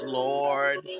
lord